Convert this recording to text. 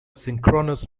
synchronous